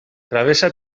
travessa